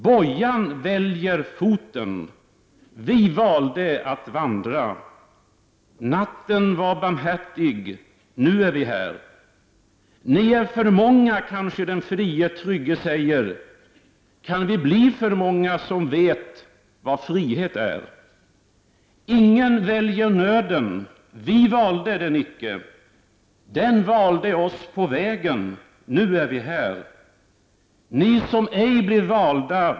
Bojan väljer foten. Vi valde att vandra. Natten var barmhärtig. Nu är vi här. Ni är för många, kanske den frie trygge säger. Kan vi bli för många som vet vad frihet är? Ingen väljer nöden. Vi valde den icke. Den valde oss på vägen. Nu är vi här. Ni som ej blev valda!